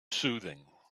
soothing